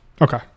Okay